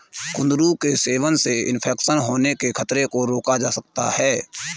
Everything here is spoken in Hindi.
कुंदरू के सेवन से इन्फेक्शन होने के खतरे को रोका जा सकता है